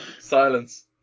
Silence